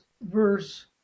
verse